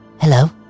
Hello